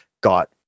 got